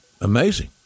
amazing